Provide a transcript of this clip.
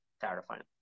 terrifying